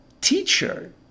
teacher